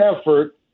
effort